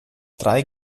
drei